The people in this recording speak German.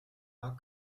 bug